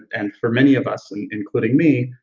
and for many of us, and including me,